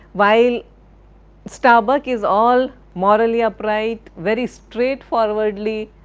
while starbuck is all morally upright, very straight-forwardly